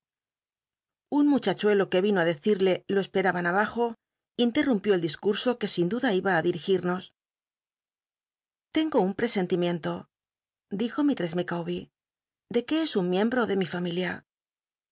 un muchachuelo que yino ü decirle jo esperaban biblioteca nacional de españa david copperfield abajo intertumpió el discmso que sin duda iba dirigirnos l'cngo un presentimiento dijo mistr ess micawbcr de que es un miembro de mi familia